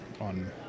on